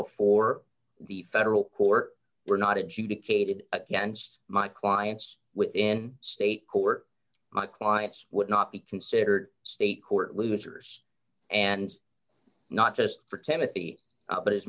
before the federal court were not adjudicated against my clients within state court my clients would not be considered state court losers and not just for tennessee but his